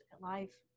life